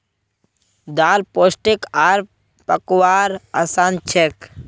दाल पोष्टिक आर पकव्वार असान हछेक